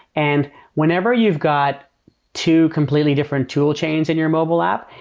and whenever you've got two completely different tool chains in your mobile app,